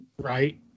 Right